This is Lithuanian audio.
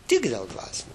tik dėl dvasinių